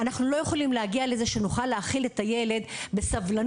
אנחנו לא יכולים להגיע לזה שנוכל להאכיל את הילד בסבלנות,